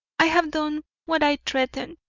i have done what i threatened.